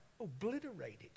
obliterated